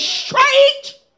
straight